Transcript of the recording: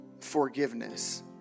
forgiveness